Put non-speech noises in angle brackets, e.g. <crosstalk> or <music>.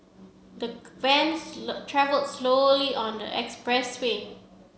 the van <unintelligible> travelld slowly on the expressway